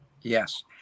Yes